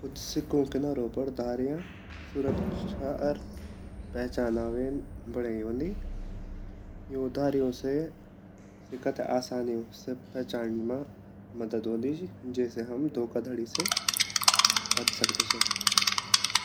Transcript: कुछ सिक्कू कीनारु पर धारियां सुरक्षा अर पेहचाना वेन बड़ाई रैंदी यु धारियों से सिक्का ते आसानी से पेहचन्ड मा मदद वोन्दि ची जेसे हम धोका धड़ी से बच सकदा छीन।